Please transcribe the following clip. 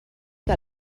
que